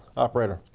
operator.